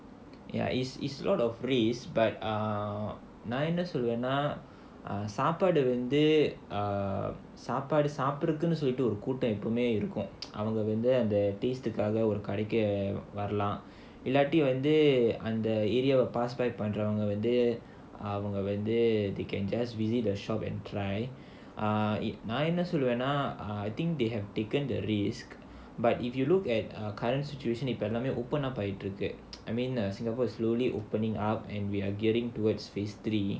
ya it's it's lot of risk but நான் என்ன சொல்வேனா சாப்பாடு வந்து சாப்பாடு சாப்பிட்றதுக்குனு சொல்லிட்டு ஒரு கூட்டம் எப்பயுமே இருக்கும் அவங்க வந்து:naan enna solvaenaa saappaadu vandhu saappaadu saappdrathukkunu sollittu oru kootam eppayumae irukkum avanga vandhu taste காக கடைக்கு வரலாம்:kaaga kadaikku varalaam area will pass by பண்றவங்க வந்து:pandravanga vandhu they can just visit a shop and try நான் என்ன சொல்வேனா:naan enna solvaenaa I think they have taken the risk but if you look at err current situation you pardon me open up to get I mean uh singapore is slowly opening up and we're gearing towards phase three